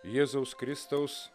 jėzaus kristaus